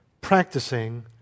practicing